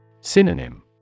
Synonym